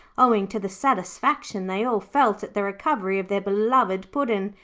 owing to the satisfaction they all felt at the recovery of their beloved puddin'.